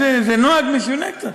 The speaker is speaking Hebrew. זה נוהג משונה קצת.